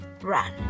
Run